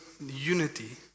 unity